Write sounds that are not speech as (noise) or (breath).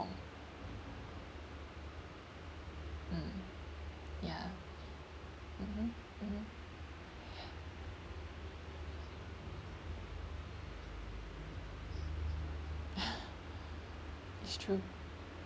mm ya mmhmm mmhmm (breath) (breath) it's true